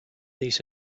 these